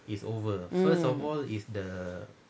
um